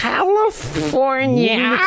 California